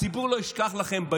הציבור לא ישכח לכם.